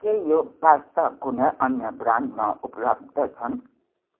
के यो पास्ता कुनै अन्य ब्रान्डमा उपलब्ध छन्